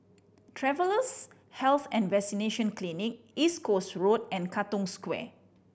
Travellers' Health and Vaccination Clinic East Coast Road and Katong Square